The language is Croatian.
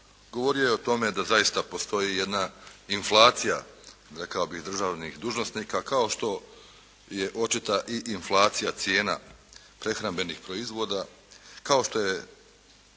govorio je o tome da zaista postoji jedna inflacija rekao bih državnih dužnosnika kao što je očita i inflacija cijena prehrambenih proizvoda, kao što je